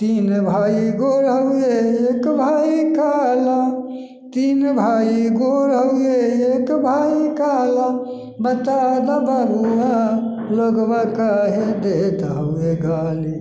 तीन भाइ गोर हउहे एक भाइ काला तीन भाइ गोर हउहे एक भाइ काला बता दऽ बबुआ लोगबा काहे देत हमे गाली